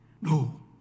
No